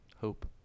hope